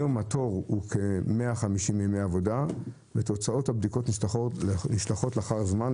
היום התור הוא כ-150 ימי עבודה ותוצאות הבדיקות נשלחות לאחר זמן,